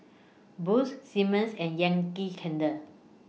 Boost Simmons and Yankee Candle